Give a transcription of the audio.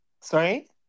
Sorry